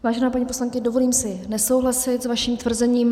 Vážená paní poslankyně, dovolím si nesouhlasit s vaším tvrzením.